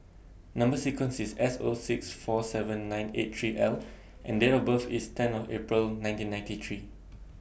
Number sequence IS S O six four seven nine eight three L and Date of birth IS ten of April nineteen ninety three